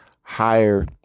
higher